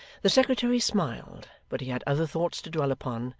the secretary smiled, but he had other thoughts to dwell upon,